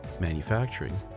manufacturing